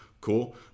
Cool